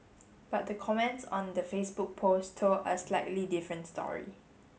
but the comments on the Facebook post told a slightly different story